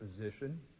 position